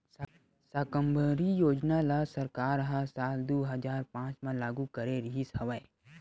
साकम्बरी योजना ल सरकार ह साल दू हजार पाँच म लागू करे रिहिस हवय